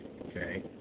okay